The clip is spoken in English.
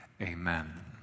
Amen